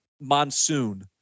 monsoon